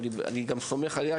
אני גם סומך עליה,